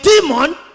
demon